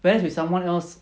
whereas with someone else